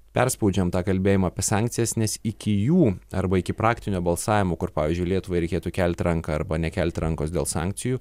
perspaudžiam tą kalbėjimą apie sankcijas nes iki jų arba iki praktinio balsavimo kur pavyzdžiui lietuvai reikėtų kelt ranką arba nekelt rankos dėl sankcijų